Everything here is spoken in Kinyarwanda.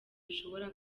bishobora